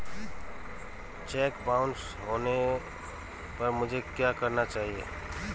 Check bounce होने पर मुझे क्या करना चाहिए?